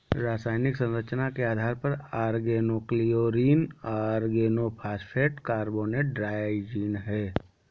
रासायनिक संरचना के आधार पर ऑर्गेनोक्लोरीन ऑर्गेनोफॉस्फेट कार्बोनेट ट्राइजीन है